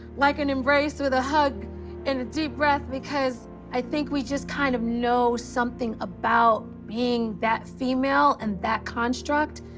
like an embrace with a hug and a deep breath because i think we just kind of know something about being that female in and that construct,